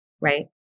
right